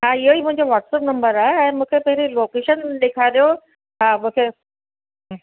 हा इहो ई मुंहिंजो व्हाट्सप नंबर आहे ऐं मूंखे पहिरीं लोकेशन ॾेखारियो हा मूंखे